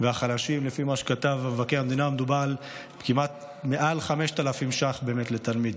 והחלשים הוא כמעט מעל 5,000 שקלים לתלמיד.